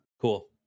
cool